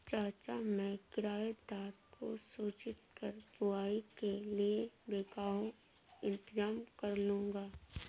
चाचा मैं किराएदार को सूचित कर बुवाई के लिए बैकहो इंतजाम करलूंगा